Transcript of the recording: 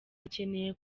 bakeneye